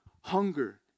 hunger